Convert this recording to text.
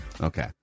Okay